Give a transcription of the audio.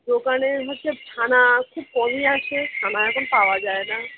দোকানের হচ্ছে ছানা হচ্ছে কমই আছে ছানা এখন পাওয়া যায় না